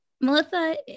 Melissa